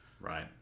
right